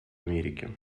америки